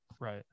Right